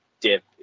dip